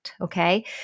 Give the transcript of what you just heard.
okay